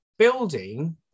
building